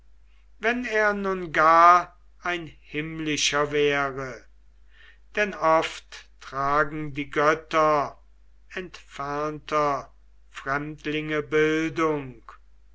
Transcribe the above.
wenn er nun gar ein himmlischer wäre denn oft tragen die götter entfernter fremdlinge bildung